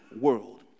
world